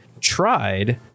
tried